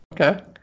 okay